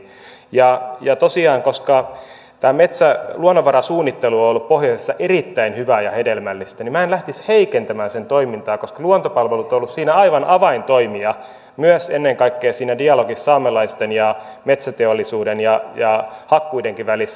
ja tosiaan koska tämä luonnonvarasuunnittelu on ollut pohjoisessa erittäin hyvää ja hedelmällistä niin minä en lähtisi heikentämään sen toimintaa koska luontopalvelut on ollut siinä aivan avaintoimija myös ennen kaikkea siinä dialogissa saamelaisten ja metsäteollisuuden ja hakkuidenkin välissä